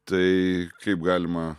tai kaip galima